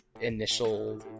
initial